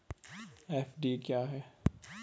FD क्या है?